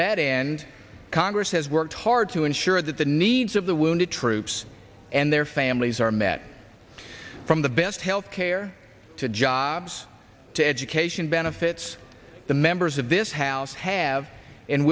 that and congress has worked hard to ensure that the needs of the wounded troops and their families are met from the best health care to jobs to education benefits the members of this house have and